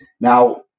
now